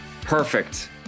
Perfect